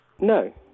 no